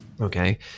okay